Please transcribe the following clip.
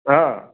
હા